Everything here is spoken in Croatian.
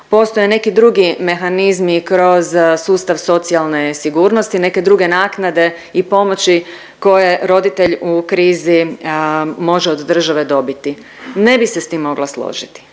postoje neki drugi mehanizmi kroz sustav socijalne sigurnosti, neke druge naknade i pomoći koje roditelj u krizi može od države dobiti. Ne bih se s tim mogla složiti,